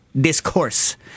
discourse